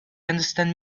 understand